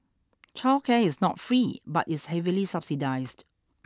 childcare is not free but is heavily subsidised